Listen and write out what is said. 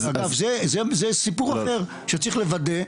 זה סיפור אחר שצריך לוודא.